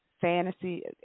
fantasy